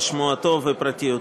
על שמו הטוב ופרטיותו.